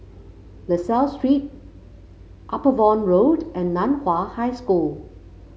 La Salle Street Upavon Road and Nan Hua High School